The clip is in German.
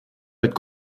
mit